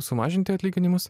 sumažinti atlyginimus